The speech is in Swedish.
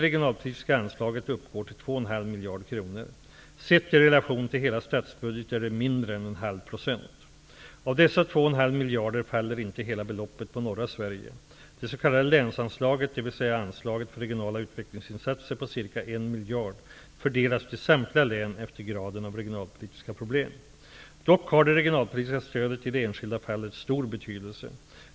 miljarder kronor. Sett i relation till hela statsbudgeten är investeringsstödet mindre än Av dessa 2,5 miljarder faller inte hela beloppet på norra Sverige. Det s.k. länsanslaget, dvs. anslaget för regionala utvecklingsinsatser, på ca 1 miljard fördelas till samtliga län efter graden av regionalpolitiska problem. Dock har det regionalpolitiska stödet i det enskilda fallet stor betydelse.